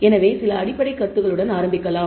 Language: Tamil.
எனவே சில அடிப்படைக் கருத்துகளுடன் ஆரம்பிக்கலாம்